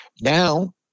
Now